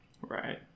Right